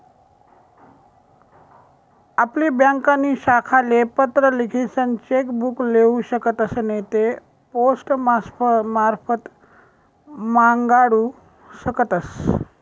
आपली ब्यांकनी शाखाले पत्र लिखीसन चेक बुक लेऊ शकतस नैते पोस्टमारफत मांगाडू शकतस